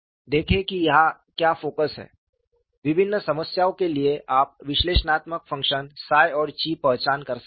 देखें कि यहां क्या फोकस है विभिन्न समस्याओं के लिए आप विश्लेषणात्मक फ़ंक्शन 𝜳 और 𝛘 पहचान कर सकते हैं